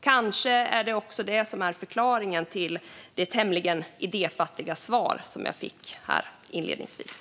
Kanske är det också det som är förklaringen till det tämligen idéfattiga svar som jag fick inledningsvis.